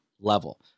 level